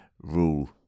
rule